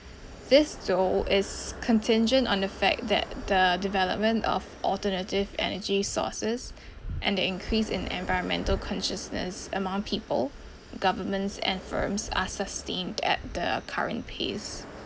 this though is contingent on the fact that the development of alternative energy sources and the increase in environmental consciousness among people governments and firms are sustained at the current pace